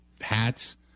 hats